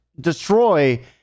destroy